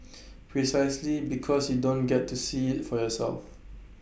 precisely because you don't get to see IT for yourself